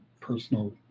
personal